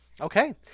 Okay